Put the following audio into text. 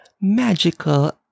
magical